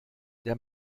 der